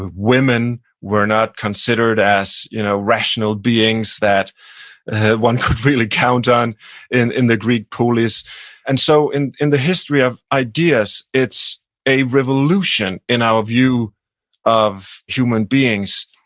women were not considered as you know rational beings that one could really count on in in the greek. and so in in the history of ideas, it's a revolution in our view of human beings,